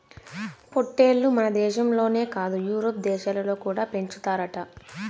పొట్టేల్లు మనదేశంలోనే కాదు యూరోప్ దేశాలలో కూడా పెంచుతారట